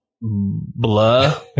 blah